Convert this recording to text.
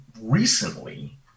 recently